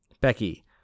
Becky